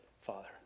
father